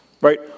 right